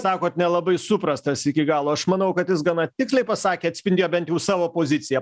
sakot nelabai suprastas iki galo aš manau kad jis gana tiksliai pasakė atspindėjo bent jau savo poziciją